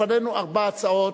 לפנינו ארבע הצעות,